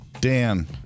Dan